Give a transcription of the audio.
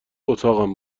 اتاقم